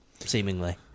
seemingly